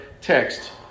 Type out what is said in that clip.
text